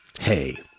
Hey